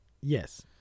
Yes